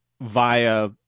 via